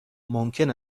ممکن